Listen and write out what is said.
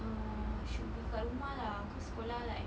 uh should be kat rumah lah cause sekolah like